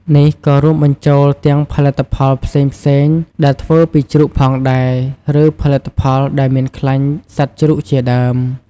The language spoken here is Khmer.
នេះក៏រួមបញ្ចូលទាំងផលិតផលផ្សេងៗដែលធ្វើពីជ្រូកផងដែរ ឬផលិតផលដែលមានខ្លាញ់សត្វជ្រូកជាដើម។